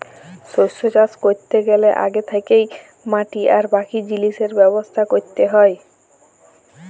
শস্য চাষ ক্যরতে গ্যালে আগে থ্যাকেই মাটি আর বাকি জিলিসের ব্যবস্থা ক্যরতে হ্যয়